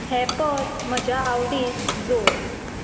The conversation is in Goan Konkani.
हें पद म्हज्या आवडींत जोड